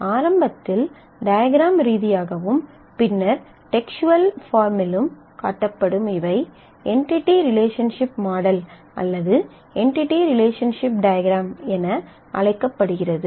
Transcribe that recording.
ஆரம்பத்தில் டயக்ராம் ரீதியாகவும் பின்னர் டெக்ஸ்ட்வல் ஃபார்மிலும் காட்டப்படும் இவை என்டிடி ரிலேஷன்சிப் மாடல் அல்லது என்டிடி ரிலேஷன்சிப் டயக்ராம் என அழைக்கப்படுகிறது